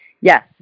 Yes